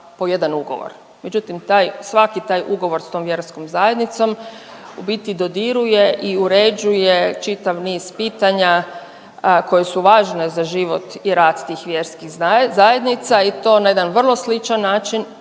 po jedan ugovor. Međutim, taj svaki taj ugovor s tom vjerskom zajednicom u biti dodiruje i uređuje čitav niz pitanja koji su važni za život i rad tih vjerskih zajednica i to na jedan vrlo sličan način,